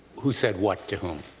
who said what to whom?